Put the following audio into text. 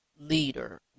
leader